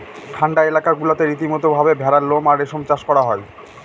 ঠান্ডা এলাকা গুলাতে রীতিমতো ভাবে ভেড়ার লোম আর রেশম চাষ করা হয়